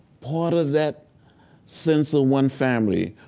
part of that sense of one family,